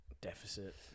deficit